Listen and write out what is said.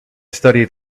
studied